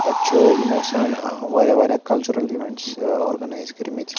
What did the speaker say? تَتہِ چھِ یِمو آسان واریاہ واریاہ کَلچٕرَل اِوٮ۪نٛٹٕس آرگنایِز کٔرۍمِژ